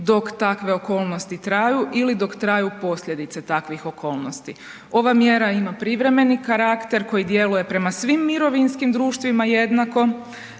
dok takve okolnosti traju ili dok traju posljedice takvih okolnosti. Ova mjera ima privremeni karakter koji djeluje prema svim mirovinskim društvima jednako.